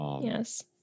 Yes